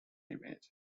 image